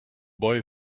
boy